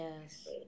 yes